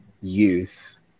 youth